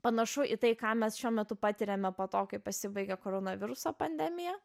panašu į tai ką mes šiuo metu patiriame po to kai pasibaigė koronaviruso pandemija